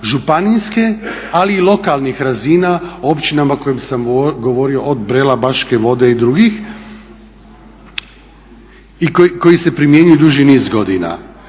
županijske ali i lokalnih razina u općinama o kojima sam govorio od Brela, Baške Vode i drugih i koji se primjenjuju duži niz godina.